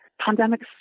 Pandemics